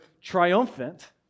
triumphant